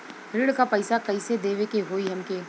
ऋण का पैसा कइसे देवे के होई हमके?